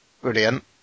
brilliant